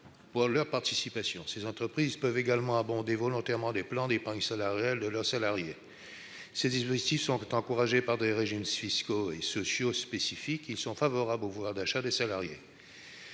de la participation. Les entreprises peuvent également abonder volontairement les plans d'épargne salariale de leurs salariés. Ces dispositifs sont encouragés par des régimes fiscaux et sociaux spécifiques. Ils sont favorables au pouvoir d'achat des salariés.